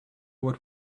what